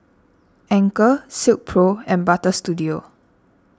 Anchor Silkpro and Butter Studio